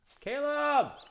Caleb